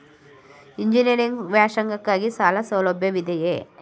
Engineering ವ್ಯಾಸಂಗಕ್ಕಾಗಿ ಸಾಲ ಸೌಲಭ್ಯವಿದೆಯೇ?